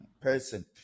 person